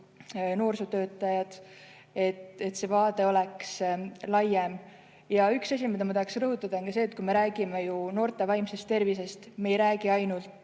noorsootöötajad, et see vaade oleks laiem. Ja üks asi, mida ma tahaks rõhutada, on ka see, et kui me räägime noorte vaimsest tervisest, siis me ei räägi ainult